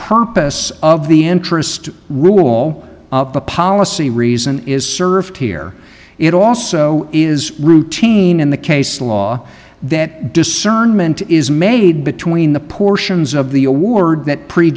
purpose of the interest rule up a policy reason is served here it also is routine in the case law that discernment is made between the portions of the award that pre